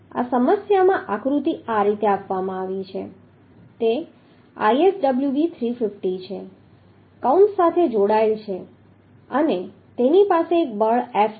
આ સમસ્યામાં આકૃતિ આ રીતે આપવામાં આવી છે તે ISWB 350 છે કૌંસ સાથે જોડાયેલ છે અને તેની પાસે એક બળ F છે